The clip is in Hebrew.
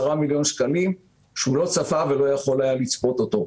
מיליון שקל שהוא לא צפה ולא יכול היה לצפות אותו.